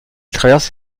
traverse